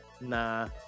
nah